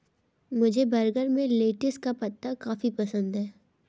मुझे बर्गर में लेटिस का पत्ता काफी पसंद है